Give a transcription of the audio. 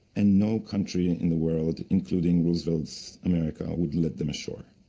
and no country in the world, including roosevelt's america, would let them ashore.